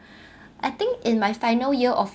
I think in my final year of